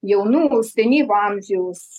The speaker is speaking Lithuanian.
jaunų senyvo amžiaus